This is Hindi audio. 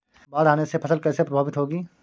बाढ़ आने से फसल कैसे प्रभावित होगी?